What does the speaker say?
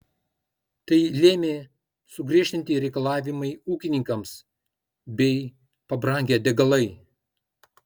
tai lėmė sugriežtinti reikalavimai ūkininkams bei pabrangę degalai